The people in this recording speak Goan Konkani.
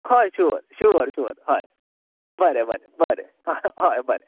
हय शुअर हय शुअर शुअर हय बरें बरें बरें हय बरें बरें